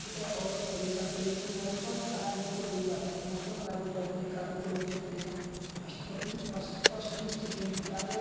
ठीक है और पहली बात तो यह कि मौसम खराब हो तो कोई बात नहीं मौसम खराब हो तो हम अपने कार्य को रोक सकते हैं अश्टपट अस्पष्ट रूप से क्योंकि कार्य